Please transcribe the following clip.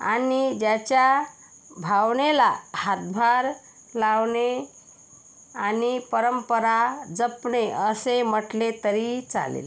आणि ज्याच्या भावनेला हातभार लावणे आणि परंपरा जपणे असे म्हटले तरी चालेल